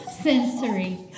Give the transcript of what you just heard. Sensory